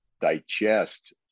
digest